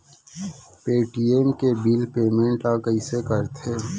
Paytm के bill payment ल कइसे करथे?